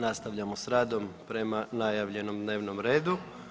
Nastavljamo s radom prema najavljenom dnevnom redu.